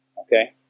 Okay